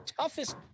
toughest